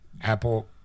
Apple